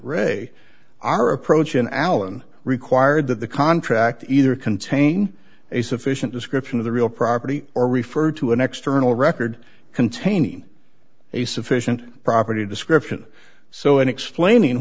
our approach in allen required that the contract either contain a sufficient description of the real property or refer to an external record containing a sufficient property description so in explaining